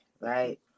right